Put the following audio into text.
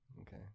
Okay